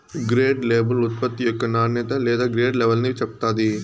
grade label ఉత్పత్తి యొక్క నాణ్యత లేదా గ్రేడ్ లెవల్ని చెప్తాది